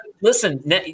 Listen